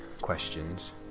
questions